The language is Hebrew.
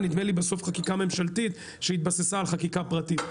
נדמה לי בחקיקה ממשלתית שהתבססה על חקיקה פרטית.